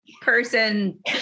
Person